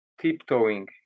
tiptoeing